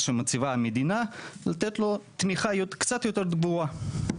שמציבה המדינה לתת לו תמיכה קצת יותר גבוהה.